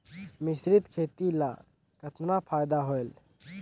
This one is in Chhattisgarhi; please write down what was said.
मिश्रीत खेती ल कतना फायदा होयल?